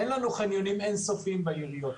אין לנו חניונים אין-סופיים בעיריות.